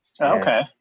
Okay